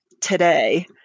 today